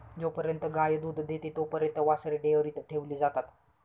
जोपर्यंत गाय दूध देते तोपर्यंत वासरे डेअरीत ठेवली जातात